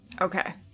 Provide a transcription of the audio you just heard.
Okay